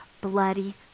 bloody